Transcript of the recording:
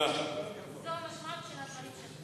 זו המשמעות של הדברים שלך.